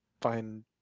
find